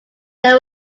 they